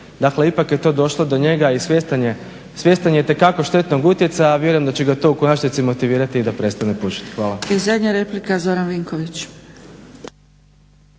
Dakle, ipak je to došlo do njega i svjestan je itekako štetnog utjecaja, a vjerujem da će ga to u konačnici motivirati i da prestane pušiti. Hvala.